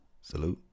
Salute